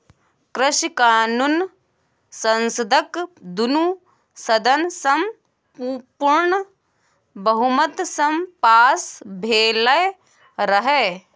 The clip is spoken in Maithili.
कृषि कानुन संसदक दुनु सदन सँ पुर्ण बहुमत सँ पास भेलै रहय